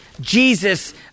Jesus